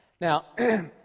Now